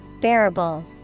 bearable